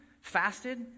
fasted